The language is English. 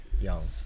Young